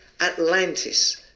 Atlantis